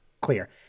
clear